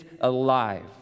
alive